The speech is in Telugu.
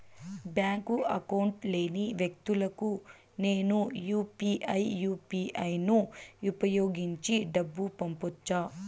బ్యాంకు అకౌంట్ లేని వ్యక్తులకు నేను యు పి ఐ యు.పి.ఐ ను ఉపయోగించి డబ్బు పంపొచ్చా?